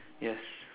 yes